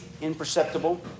imperceptible